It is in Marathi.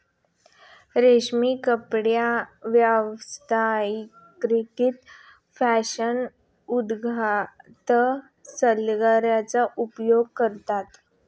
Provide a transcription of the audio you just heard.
रेशीम कपड्यांव्यतिरिक्त फॅशन उद्योगात सिल्कचा उपयोग करतात